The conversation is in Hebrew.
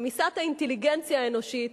רמיסת האינטליגנציה האנושית,